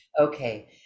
Okay